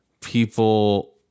people